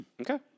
Okay